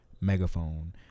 Megaphone